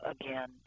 again